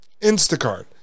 instacart